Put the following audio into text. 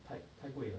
太太贵了